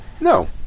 No